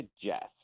suggest